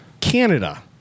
Canada